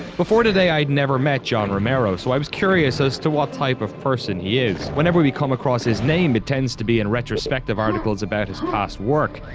before today i'd never met john romero, so i was curious as to what type of person he is. whenever we come across his name, it tends to be in retrospect of articles about his past work.